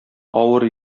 авыр